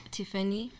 Tiffany